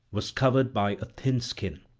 was covered by a thin skin.